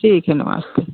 ठीक है नमस्ते